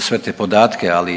sve te podatke, ali